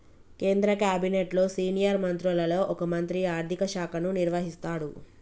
కేంద్ర క్యాబినెట్లో సీనియర్ మంత్రులలో ఒక మంత్రి ఆర్థిక శాఖను నిర్వహిస్తాడు